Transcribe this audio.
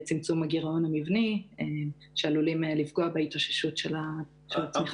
צמצום הגירעון המבני שעלולים לפגוע בהתאוששות של הצמיחה.